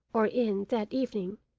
or inn, that evening,